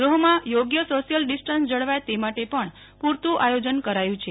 ગૃહમાં થોગ્ય social distance જળવાય તે માટે પણ પૂરતુ આયોજન કરાયું છે